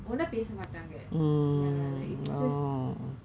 ஒன்னு பேச மாட்டாங்க:onnu pesa maataanga ya like it is just